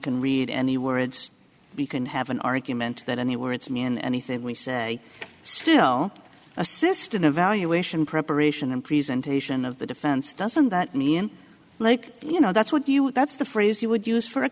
can read any words we can have an argument that any words mean anything we say still assist in evaluation preparation and presentation of the defense doesn't that mean like you know that's what you would that's the phrase you would use for a